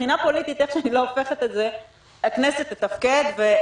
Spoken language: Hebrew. שמבחינה פוליטית איך שאני לא הופכת את זה הכנסת תתפקד ואנחנו